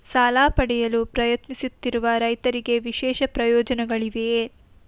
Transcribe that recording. ಸಾಲ ಪಡೆಯಲು ಪ್ರಯತ್ನಿಸುತ್ತಿರುವ ರೈತರಿಗೆ ವಿಶೇಷ ಪ್ರಯೋಜನಗಳಿವೆಯೇ?